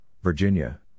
Virginia